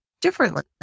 differently